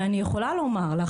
ואני יכולה לומר לך,